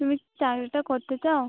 তুমি কি চাকরিটা করতে চাও